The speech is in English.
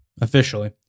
Officially